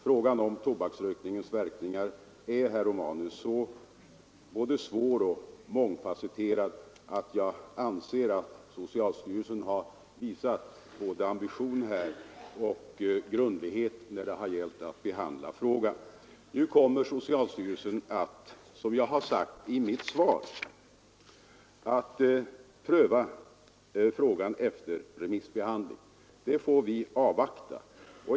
Frågan om tobaksrökningens verkningar är, herr Romanus, både svår och mångfasetterad och jag anser att socialstyrelsen har visat både ambition och grundlighet när det gällt att behandla den. Nu kommer socialstyrelsen, som jag har sagt i mitt svar, att pröva frågan efter remissbehandling. Det får vi avvakta.